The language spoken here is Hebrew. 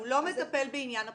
הוא לא מטפל בעניין הבחירה.